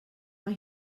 mae